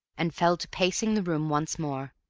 and fell to pacing the room once more,